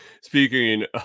speaking